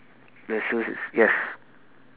the shoes it's yes